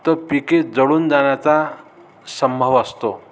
तर पिके जळून जाण्याचा संभव असतो